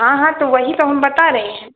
हाँ हाँ तो वही तो हम बता रहे हैं